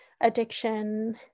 addiction